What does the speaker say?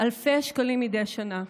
אלפי שקלים מדי שנה,